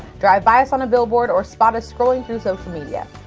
drive by us on a billboard, or spot us scrolling through social media.